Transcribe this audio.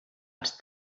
els